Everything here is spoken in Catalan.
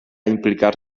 implicar